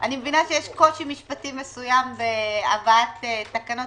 אני מבינה שיש קושי משפטי מסוים בהבאת תקנות